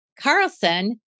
Carlson